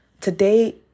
today